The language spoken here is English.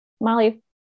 Molly